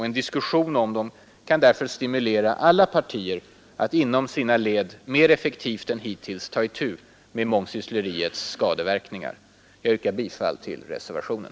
En diskussion om det kan därför stimulera alla partier att inom sina led mer effektivt än hittills ta itu med mångsyssleriets skadeverkningar. Jag yrkar bifall till reservationen.